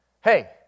Hey